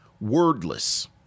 Wordless